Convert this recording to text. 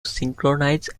synchronize